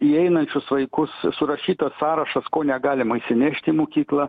įeinančius vaikus surašytas sąrašas ko negalima įsinešti į mokyklą